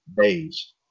days